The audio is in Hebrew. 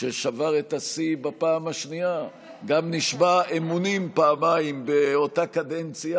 ששבר את השיא בפעם השנייה: גם נשבע אמונים פעמיים באותה קדנציה